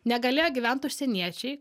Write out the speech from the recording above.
negalėjo gyvent užsieniečiai